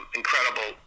incredible